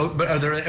but are there,